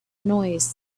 noise